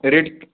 rate